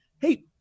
hey